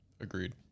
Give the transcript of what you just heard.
Agreed